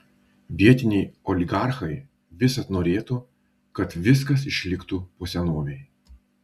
vietiniai oligarchai visad norėtų kad viskas išliktų po senovei